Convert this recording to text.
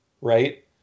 Right